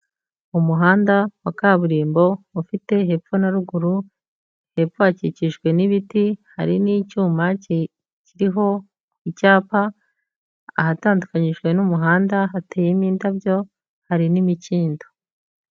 Umuhanda wa kaburimbo ufite hepfo na ruguru, hepfo hakikijwe n'ibiti hari n'icyuma kiriho icyapa ahatandukanyijwe n'umuhanda hateyemo indabyo hari n'imikindo.